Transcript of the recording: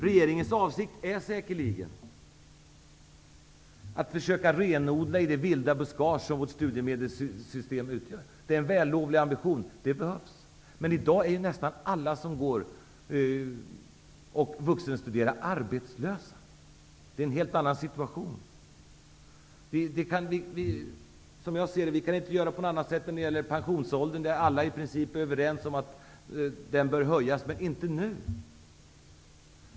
Regeringens avsikt är säkerligen att försöka renodla i det vilda buskage som vårt studiemedelssystem utgör. Det är en vällovlig ambition och behövs. Men i dag är nästan alla vuxenstuderande arbetslösa. Situationen nu är alltså en helt annan. Som jag ser saken kan vi inte göra annat än höja pensionsåldern. Alla är ju i princip ense om att det bör ske -- men inte nu!